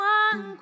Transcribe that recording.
one